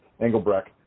engelbrecht